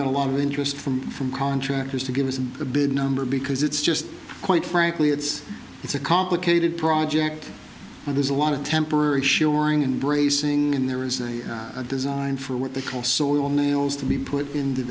got a lot of interest from from contractors to give us a big number because it's just quite frankly it's it's a complicated project well there's a lot of temporary shoring and bracing in there is a design for what they call soil nails to be put in